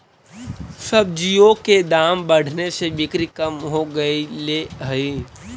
सब्जियों के दाम बढ़ने से बिक्री कम हो गईले हई